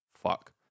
fuck